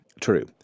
True